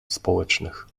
społecznych